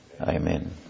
Amen